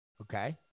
Okay